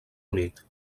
unit